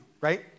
Right